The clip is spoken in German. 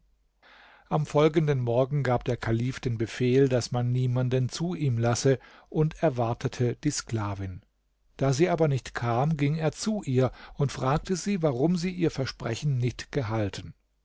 am folgenden morgen gab der kalif den befehl daß man niemanden zu ihm lasse und erwartete die sklavin da sie aber nicht kam ging er zu ihr und fragte sie warum sie ihr versprechen nicht gehalten